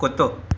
कुत्तो